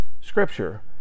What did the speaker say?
scripture